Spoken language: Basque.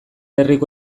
herriko